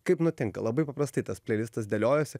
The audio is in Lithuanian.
kaip nutinka labai paprastai tas pleilistas dėliojosi